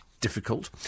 difficult